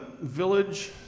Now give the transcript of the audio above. village